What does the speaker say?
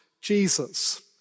Jesus